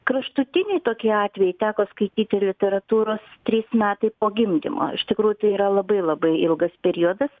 kraštutiniai tokie atvejai teko skaityti literatūros trys metai po gimdymo iš tikrųjų tai yra labai labai ilgas periodas